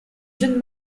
jeune